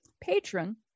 Patron